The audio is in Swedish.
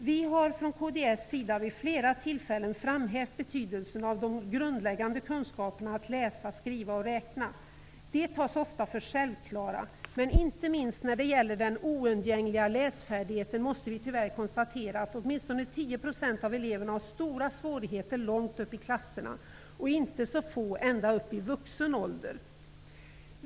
Vi har från kds sida vid flera tillfällen framhävt betydelsen av de grundläggande kunskaperna -- att läsa, skriva och räkna. De tas ofta som självklara, men inte minst när det gäller den oundgängliga läsfärdigheten måste vi tyvärr konstatera att åtminstone 10 % av eleverna har stora svårigheter långt upp i klasserna och inte så få ända upp i vuxen ålder.